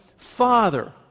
father